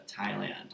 Thailand